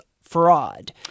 fraud